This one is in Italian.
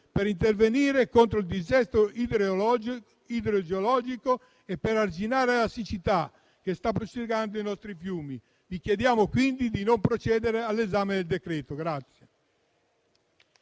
per intervenire contro il dissesto idrogeologico e per arginare la siccità, che sta prosciugando i nostri fiumi. Vi chiediamo quindi di non procedere all'esame del decreto-legge.